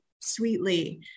sweetly